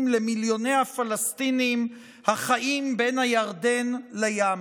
למיליוני הפלסטינים החיים בין הירדן לים,